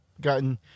gotten